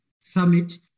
summit